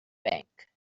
bank